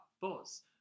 buzz